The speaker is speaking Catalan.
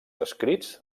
escrits